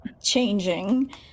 changing